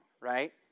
Right